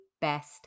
best